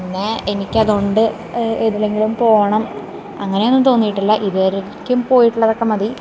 പിന്നെ എനിക്ക് അതുകൊണ്ട് ഏതിലെങ്കിലും പോകണം അങ്ങനെ ഒന്നും തോന്നിയിട്ടില്ല ഇതു വരേയ്ക്കും പോയിട്ടുള്ളതൊക്കെ മതി